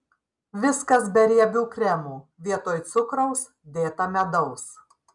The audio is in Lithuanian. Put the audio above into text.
viskas be riebių kremų vietoj cukraus dėta medaus